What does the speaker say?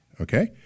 okay